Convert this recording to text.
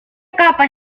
capa